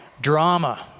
drama